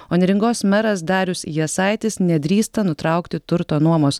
o neringos meras darius jasaitis nedrįsta nutraukti turto nuomos